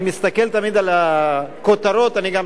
אני מסתכל תמיד על הכותרות.